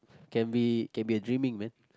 can be can be a dreaming man